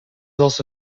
also